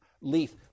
leaf